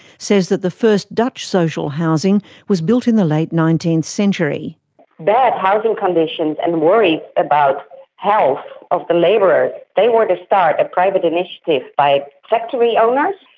says that the first dutch social housing was built in the late nineteenth century. the bad housing conditions and worry about health of the labourers, they were the start of private initiative by factory owners.